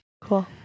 Cool